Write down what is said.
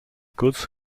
goods